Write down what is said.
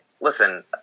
Listen